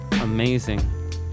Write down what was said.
amazing